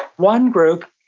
one group,